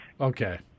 Okay